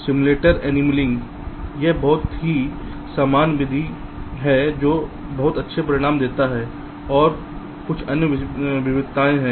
simulated annealing एक बहुत ही आप सामान्य विधि है जो बहुत अच्छे परिणाम देता है और कुछ अन्य विविधताएं हैं